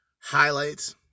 highlights